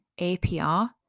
APR